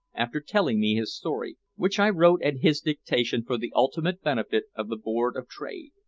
after telling me his story, which i wrote at his dictation for the ultimate benefit of the board of trade.